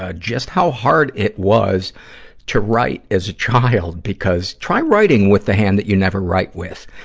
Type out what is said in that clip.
ah just how hard it was to write as a child, because try writing with the hand that you never write with.